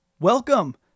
Welcome